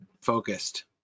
focused